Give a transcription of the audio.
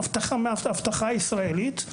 אבטחה ישראלית.